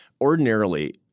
Ordinarily